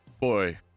boy